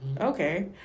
Okay